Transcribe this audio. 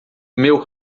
meu